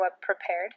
prepared